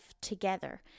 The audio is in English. together